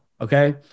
Okay